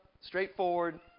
straightforward